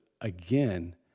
again